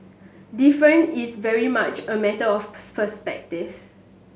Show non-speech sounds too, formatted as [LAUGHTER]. different is very much a matter of [UNINTELLIGIBLE]